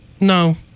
No